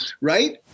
right